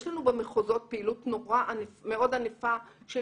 יש לנו במחוזות פעילות מאוד ענפה של